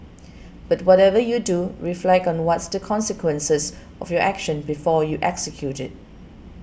but whatever you do reflect on what's the consequences of your action before you execute it